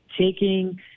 Taking